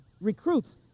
recruits